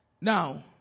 now